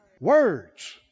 Words